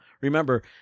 Remember